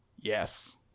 Yes